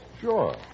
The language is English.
Sure